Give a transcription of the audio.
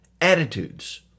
Attitudes